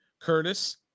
Curtis